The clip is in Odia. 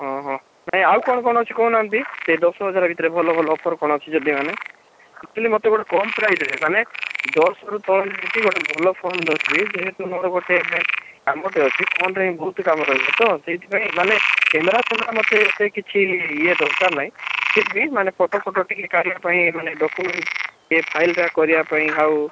ହଁ ହଁ ନାହିଁ ଆଉ କ'ଣ କ'ଣ ଅଛି କହୁନାହାନ୍ତି ସେଇ ଦଶ ହଜାର ଭିତରେ ଭଲ ଭଲ ଅଫର୍ କ'ଣ ଅଛି ଯଦି ମାନେ ଆକ୍ଚ୍ୟୁଆଲି ମୋତେ ଗୋଟେ କମ୍ ପ୍ରାଇସ୍ରେ ମାନେ ଦଶରୁ କମ୍ ଗୋଟେ ଭଲ ଫୋନ୍ ଧରିବି ଯେହେତୁ ମୋର ଗୋଟେ କାମଟେ ଅଛି ଫୋନ୍ରେ ହିଁ ବହୁତ କାମ ରହିବ ତ ସେଇଥିପାଇଁ ମାନେ କ୍ୟାମେରା ଫ୍ୟାମେରା ମୋତେ ଏତେ କିଛି ଇଏ ଦରକାର ନାହିଁ ଫିର୍ ଭି ମାନେ ଫଟୋ ଫଟୋ ଟିକିଏ କାଢ଼ିବା ପାଇଁ ମାନେ ଡକ୍ୟୁମେଣ୍ଟ ଇଏ ଫାଇଲ୍ଟା କରିବା ପାଇଁ ଆଉ